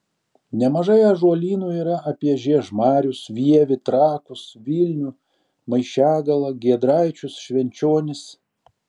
nemažai ąžuolynų yra apie žiežmarius vievį trakus vilnių maišiagalą giedraičius švenčionis